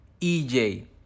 EJ